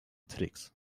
tricks